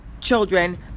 children